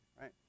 right